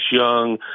Young